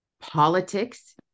politics